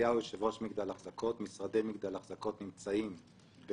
את ההחלטות הניהוליות השוטפות במגדל אני מקבל.